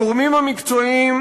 הגורמים המקצועיים